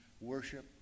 worship